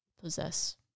possess